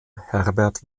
herbert